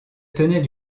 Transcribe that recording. tenait